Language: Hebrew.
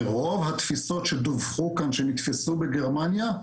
ורוב התפיסות שדווחו כאן שנתפסו בגרמניה,